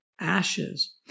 ashes